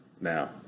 Now